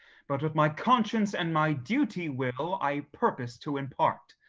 but what my conscience and my duty will i purpose to impart.